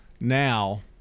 Now